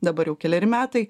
dabar jau keleri metai